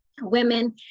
women